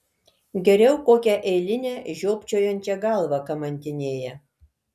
geriau kokią eilinę žiopčiojančią galvą kamantinėja